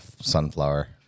sunflower